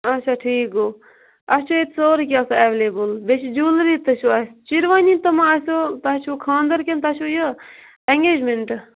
اَچھا ٹھیٖک گوٚو اَسہِ چھُ ییٚتہِ سورُے کیٚنٛہہ آسان ایٚویلیبُل بیٚیہِ چھِ جیٛوٗلٔری تہِ چھَو اَسہِ شیروانی تہِ ما آسٮ۪و تۄہہِ چھُو خانٛدر کِنہٕ تۄہہِ چھُو یہِ ایٚنگیجمٮ۪نٹہٕ